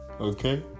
Okay